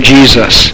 Jesus